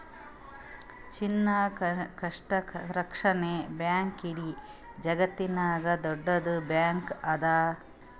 China Construction Bank ಇಡೀ ಜಗತ್ತನಾಗೆ ದೊಡ್ಡುದ್ ಬ್ಯಾಂಕ್ ಅದಾ